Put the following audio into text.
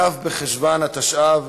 כ' בחשוון התשע"ו,